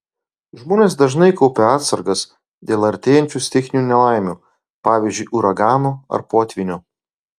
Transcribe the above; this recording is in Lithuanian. žmonės dažnai kaupia atsargas dėl artėjančių stichinių nelaimių pavyzdžiui uragano ar potvynio